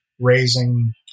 raising